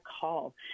call